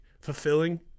fulfilling